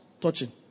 touching